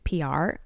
PR